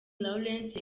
lawrence